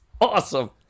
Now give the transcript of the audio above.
awesome